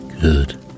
Good